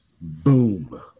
Boom